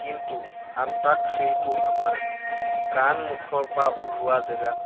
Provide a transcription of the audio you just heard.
কিন্তু অন্তাক্ষৰীতো আমাৰ গান মুখৰ পৰা ওলোৱা জেগাত